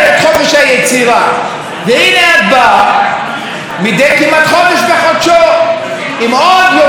את באה כמעט מדי חודש בחודשו עם עוד יוזמת חקיקה שהיא,